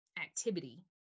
activity